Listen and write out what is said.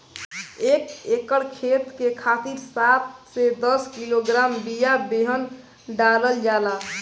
एक एकर खेत के खातिर सात से दस किलोग्राम बिया बेहन डालल जाला?